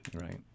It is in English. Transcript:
right